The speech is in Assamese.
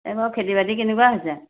এইবাৰ খেতি বাতি কেনেকুৱা হৈছে